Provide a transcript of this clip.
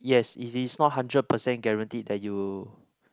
yes it is not hundred percent guaranteed that you